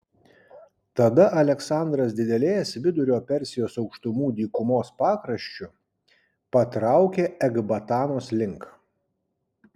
tada aleksandras didelės vidurio persijos aukštumų dykumos pakraščiu patraukė ekbatanos link